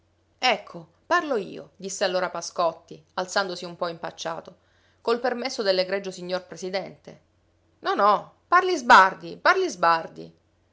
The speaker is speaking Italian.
ecco parlo io disse allora pascotti alzandosi un po impacciato col permesso dell'egregio signor presidente no no parli sbardi parli sbardi